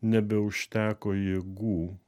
nebeužteko jėgų